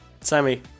Sammy